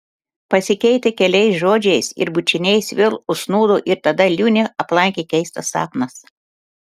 pasikeitę keliais žodžiais ir bučiniais vėl užsnūdo ir tada liūnę aplankė keistas sapnas